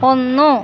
ഒന്നു